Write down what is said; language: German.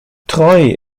treu